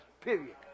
period